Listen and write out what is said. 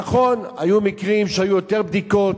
נכון, היו מקרים שהיו יותר בדיקות,